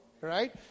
right